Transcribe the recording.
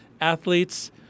athletes